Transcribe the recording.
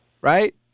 right